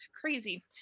crazy